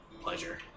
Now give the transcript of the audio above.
Pleasure